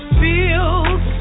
feels